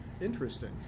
interesting